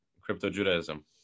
crypto-Judaism